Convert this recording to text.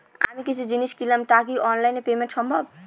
আমি কিছু জিনিস কিনলাম টা কি অনলাইন এ পেমেন্ট সম্বভ?